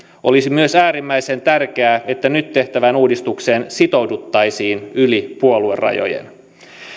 olisi myös äärimmäisen tärkeää että nyt tehtävään uudistukseen sitouduttaisiin yli puoluerajojen